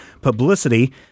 Publicity